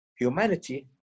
humanity